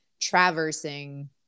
traversing